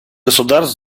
государств